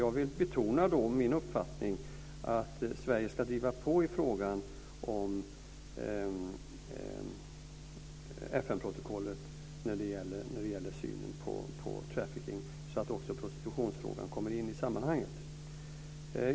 Jag vill betona min uppfattning att Sverige ska driva på i frågan om FN protokollet när det gäller synen på trafficking så att också prostitutionsfrågan kommer in i sammanhanget.